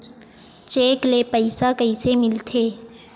Cheque ले पईसा कइसे मिलथे?